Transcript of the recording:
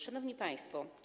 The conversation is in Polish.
Szanowni Państwo!